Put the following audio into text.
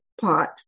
pot